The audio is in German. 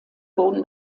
wurden